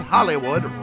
Hollywood